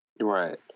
Right